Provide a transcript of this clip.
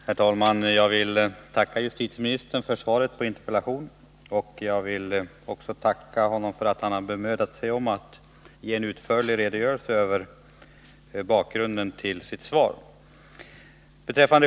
Herr talman! Jag vill tacka justitieministern för svaret på interpellationen. Jag vill också tacka honom för att han har bemödat sig att ge en utförlig redogörelse för bakgrunden till sitt svar.